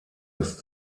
ist